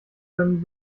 können